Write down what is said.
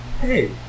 hey